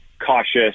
cautious